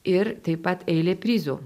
ir taip pat eilė prizų